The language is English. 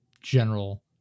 general